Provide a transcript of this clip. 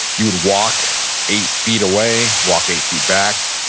you would walk eight feet away, walk eight feet back,